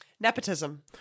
Nepotism